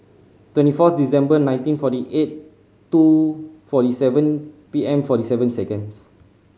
twenty four December nineteen forty eight two forty seven P M forty seven seconds